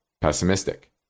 pessimistic